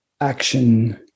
action